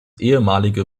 ehemalige